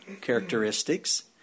characteristics